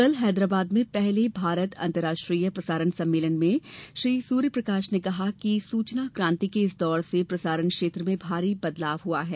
कल हैदराबाद में पहले भारत अंतर्राष्ट्रीय प्रसारण सम्मेलन में श्री सूर्य प्रकाश ने कहा कि सूचना क्रांति के इस दौर से प्रसारण क्षेत्र में भारी बदलाव हुआ है